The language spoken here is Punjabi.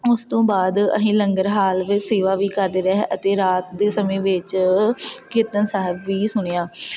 ਉਸ ਤੋਂ ਬਾਅਦ ਅਸੀਂ ਲੰਗਰ ਹਾਲ ਵਿੱਚ ਸੇਵਾ ਵੀ ਕਰਦੇ ਰਹੇ ਅਤੇ ਰਾਤ ਦੇ ਸਮੇਂ ਵਿੱਚ ਕੀਰਤਨ ਸਾਹਿਬ ਵੀ ਸੁਣਿਆ